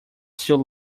still